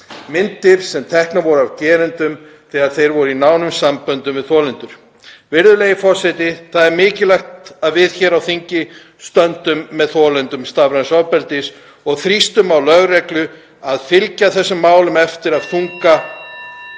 myndir sem teknar voru af gerendum þegar þeir voru í nánum samböndum við þolendur. Virðulegi forseti. Það er mikilvægt að við hér á þingi stöndum með þolendum stafræns ofbeldis og þrýstum á lögreglu að fylgja þessum málum eftir af þunga